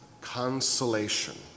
consolation